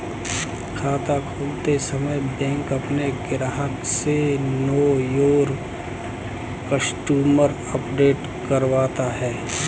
खाता खोलते समय बैंक अपने ग्राहक से नो योर कस्टमर अपडेट करवाता है